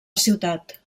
ciutat